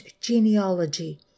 genealogy